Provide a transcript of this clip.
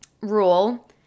rule